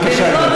בבקשה, גברתי.